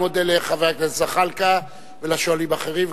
אני מודה לחבר הכנסת זחאלקה ולשואלים האחרים,